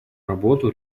работу